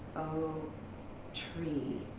oh tree.